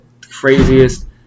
craziest